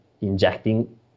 injecting